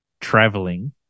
traveling